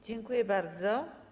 Dziękuję bardzo.